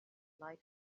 light